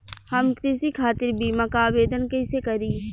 हम कृषि खातिर बीमा क आवेदन कइसे करि?